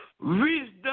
Wisdom